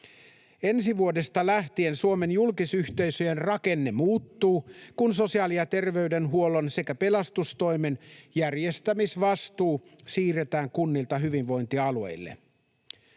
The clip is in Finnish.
Ensi vuodesta lähtien Suomen julkisyhteisöjen rakenne muuttuu, kun sosiaali- ja terveydenhuollon sekä pelastustoimen järjestämisvastuu siirretään kunnilta hyvinvointialueille.